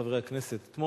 חבר הכנסת גנאים.